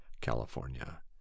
California